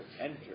enter